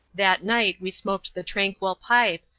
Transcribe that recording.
that night we smoked the tranquil pipe,